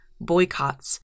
boycotts